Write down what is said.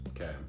Okay